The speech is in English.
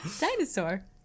Dinosaur